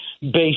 based